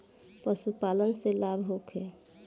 पशु पालन से लाभ होखे?